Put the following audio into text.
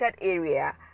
area